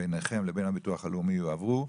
ביניכם לבין הביטוח לאומי, יועברו,